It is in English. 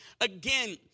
Again